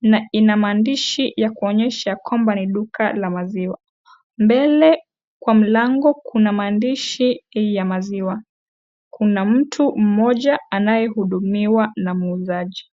na ina maandishi ya kuonyesha kwamba ni duka la maziwa. Mbele kwa mlango kuna maandishi ya maziwa. Kuna mtu mmoja anayehudumiwa na muuzaji.